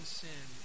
sin